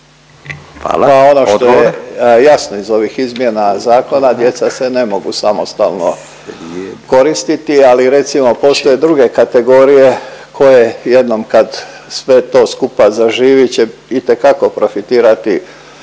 Pa ono što je jasno iz ovih izmjena zakona djeca se ne mogu samostalno koristiti, ali recimo postoje druge kategorije koje jednom kad sve to skupa zaživi će itekako profitirati